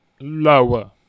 Lower